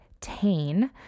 Tane